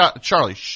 Charlie